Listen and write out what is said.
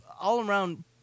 all-around